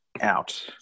out